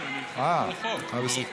כן, אני חתום על החוק.